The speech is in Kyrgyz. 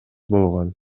болгон